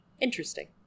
Interesting